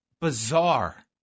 bizarre